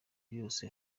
byose